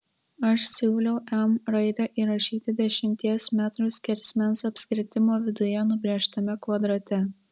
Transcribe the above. aš siūliau m raidę įrašyti dešimties metrų skersmens apskritimo viduje nubrėžtame kvadrate